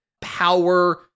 power